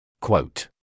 Quote